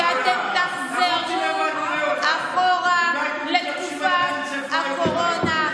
שאתם תחזרו אחורה לתקופת הקורונה,